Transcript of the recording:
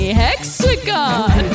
hexagon